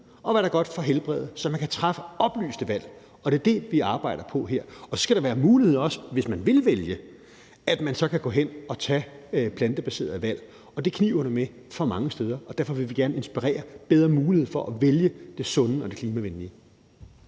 og hvad der er godt for helbredet, så man kan træffe oplyste valg, og det er det, vi arbejder på her. Og så skal der være også være en mulighed, hvis man vil vælge, for, at man så kan gå hen og tage plantebaserede valg, og det kniber det med for mange steder, og derfor vil vi gerne inspirere til at give bedre muligheder for at vælge det sunde og det klimavenlige.